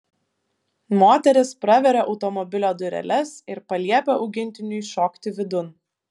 moteris praveria automobilio dureles ir paliepia augintiniui šokti vidun